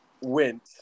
went